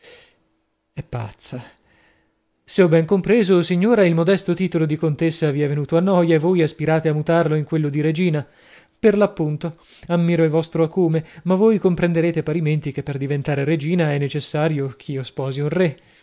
pazza se ho ben compreso o signora il modesto titolo di contessa vi è venuto a noia e voi aspirate a mutarlo in quello di regina per lo appunto ammiro il vostro acume ma voi comprenderete parimenti che per diventare regina è necessario ch'io sposi un re